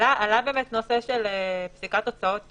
עלה נושא של פסיקת הוצאות אוטומטית,